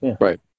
Right